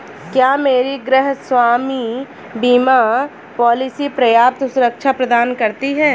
क्या मेरी गृहस्वामी बीमा पॉलिसी पर्याप्त सुरक्षा प्रदान करती है?